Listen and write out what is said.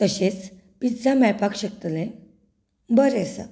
तशेंच पिझ्झा मेळपाक शकतलें बरें आसा